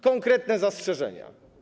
Konkretne zastrzeżenia.